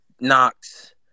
Knox